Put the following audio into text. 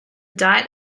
diet